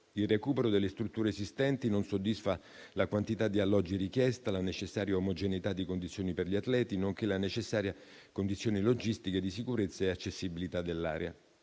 Il recupero delle strutture esistenti non soddisfa la quantità di alloggi richiesta, la necessaria omogeneità di condizioni per gli atleti, nonché la necessaria condizione logistica di sicurezza e accessibilità dell'area,